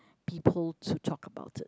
people to talk about it